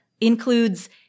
includes